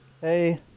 Hey